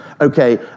okay